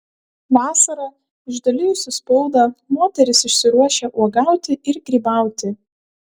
vasarą išdalijusi spaudą moteris išsiruošia uogauti ir grybauti